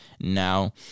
Now